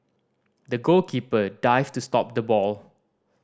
the goalkeeper dived to stop the ball